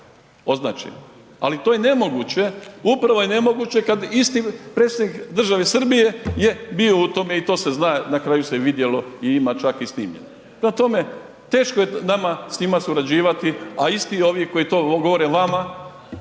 Ali to je nemoguće, upravo je nemoguće da isti predstavnik države Srbije je bio u tome i to se zna, na kraju se vidjelo i ima čak i snimljeno. Prema tome, teško je nama s njima surađivati, a isti ovi koji to govore vama